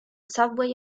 subway